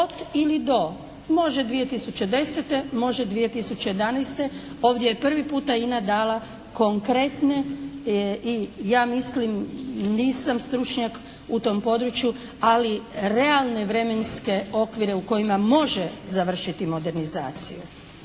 od ili do, može 2010., može 2011. Ovdje je prvi puta INA dala konkretne i ja mislim, nisam stručnjak u tom području, ali realne vremenske okvire u kojima može završiti modernizaciju.